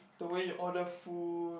the way you order food